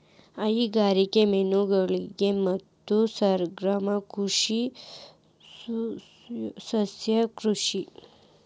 ಹೈನುಗಾರಿಕೆ, ಮೇನುಗಾರಿಗೆ ಮತ್ತು ಸಮಗ್ರ ಕೃಷಿ ಸುಸ್ಥಿರ ಕೃಷಿ